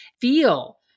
feel